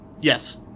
Yes